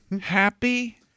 happy